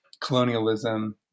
Colonialism